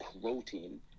protein